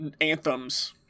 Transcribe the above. anthems